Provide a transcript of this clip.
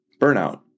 burnout